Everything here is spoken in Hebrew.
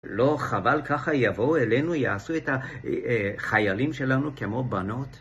לא חבל ככה יבואו אלינו, יעשו את החיילים שלנו כמו בנות?